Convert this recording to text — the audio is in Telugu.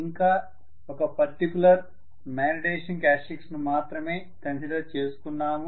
ఇంకా ఒక పర్టికులర్ మాగ్నెటైజెషన్ క్యారెక్టర్స్టిక్స్ ని మాత్రమే కన్సిడర్ చేసుకున్నాము